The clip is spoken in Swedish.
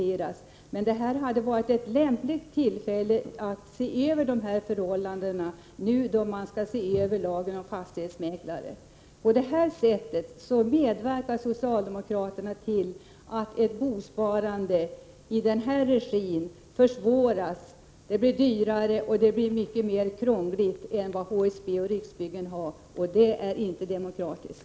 1988/89:30 varit ett lämpligt tillfälle att nu se över dessa förhållanden när man nu skallse 23 november 1988 över lagen om fastighetsmäklare. Nu medverkar socialdemokraterna till att. bosparande i denna regi försvåras — det blir dyrare, och det blir mycket krångligare än det är inom HSB och inom Riksbyggen, vilket inte är demokratiskt.